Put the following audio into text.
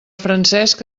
francesc